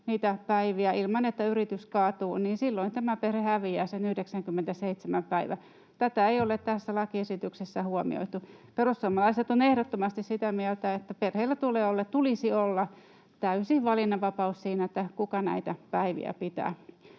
niitä päiviä ilman, että yritys kaatuu, niin silloin tämä perhe häviää sen 97 päivää. Tätä ei ole tässä lakiesityksessä huomioitu. Perussuomalaiset ovat ehdottomasti sitä mieltä, että perheillä tulisi olla täysi valinnanvapaus siinä, kuka näitä päiviä pitää.